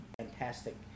fantastic